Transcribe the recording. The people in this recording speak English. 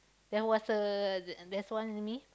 there was a there there's one enemy